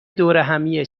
دورهمیه